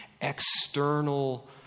external